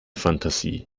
fantasie